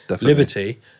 liberty